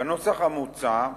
בנוסח המוצע,